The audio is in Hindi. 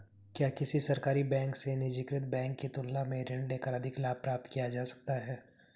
क्या किसी सरकारी बैंक से निजीकृत बैंक की तुलना में ऋण लेकर अधिक लाभ प्राप्त किया जा सकता है?